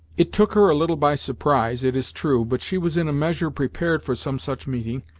it took her a little by surprise, it is true, but she was in a measure prepared for some such meeting,